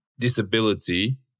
Disability